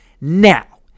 Now